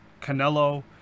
Canelo